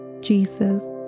Jesus